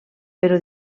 però